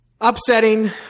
Upsetting